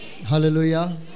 Hallelujah